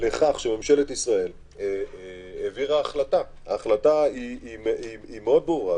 לכך שממשלת ישראל העבירה החלטה מאוד ברורה,